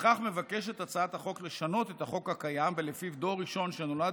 בכך מבקשת הצעת החוק לשנות את החוק הקיים שלפיו דור ראשון שנולד